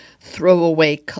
throwaway